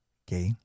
okay